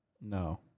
No